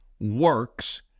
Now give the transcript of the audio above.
works